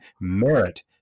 merit